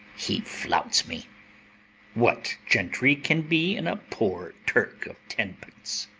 he flouts me what gentry can be in a poor turk of tenpence?